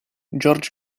george